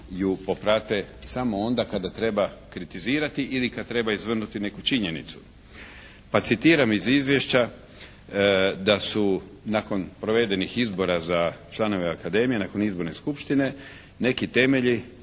ju poprate samo onda kada treba kritizirati ili kada treba izvrnuti neku činjenicu. Pa citiram iz izvješća, da su nakon provedenih izbora za članove Akademije, nakon izborne skupštine, neki mediji